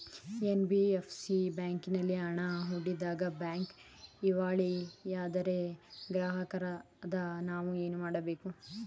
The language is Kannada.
ಎನ್.ಬಿ.ಎಫ್.ಸಿ ಬ್ಯಾಂಕಿನಲ್ಲಿ ಹಣ ಹೂಡಿದಾಗ ಬ್ಯಾಂಕ್ ದಿವಾಳಿಯಾದರೆ ಗ್ರಾಹಕರಾದ ನಾವು ಏನು ಮಾಡಬೇಕು?